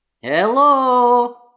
Hello